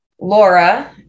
Laura